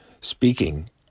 speaking